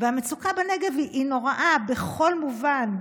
והמצוקה בנגב היא נוראה בכל מובן,